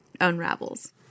unravels